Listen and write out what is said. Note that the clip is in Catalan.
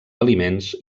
aliments